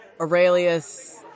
Aurelius